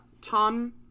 Tom